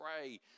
pray